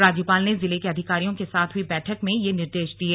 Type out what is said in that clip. राज्यपाल ने जिले के अधिकारियों के साथ हई बैठक में ये निर्देश दिये